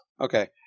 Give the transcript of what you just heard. Okay